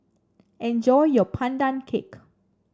enjoy your Pandan Cake